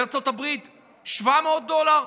ובארצות הברית 700 דולר,